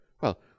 Well